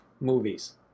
movies